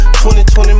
2020